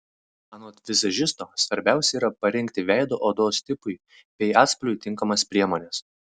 anot vizažisto svarbiausia yra parinkti veido odos tipui bei atspalviui tinkamas priemones